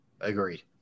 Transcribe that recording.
Agreed